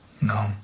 No